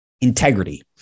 integrity